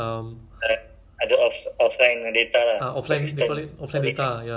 because I think america amazon they use amazon [what] a lot so